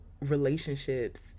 relationships